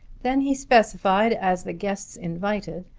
then he specified, as the guests invited,